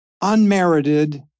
unmerited